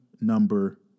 number